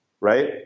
Right